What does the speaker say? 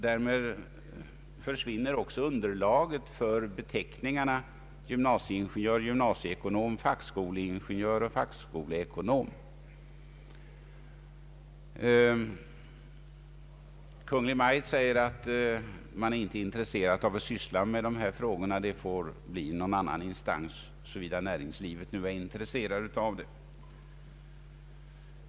Därmed försvinner också underlaget för beteckningarna gymnasieingenjör, gymnasieekonom, fackskoleingenjör och fackskoleekonom. Kungl. Maj:t säger sig inte vara intresserad av att syssla med dessa frågor, det får någon annan instans göra såvida näringslivet nu är intresserat av det.